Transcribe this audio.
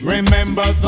Remember